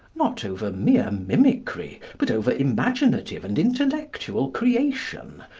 not over mere mimicry but over imaginative and intellectual creation,